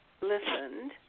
listened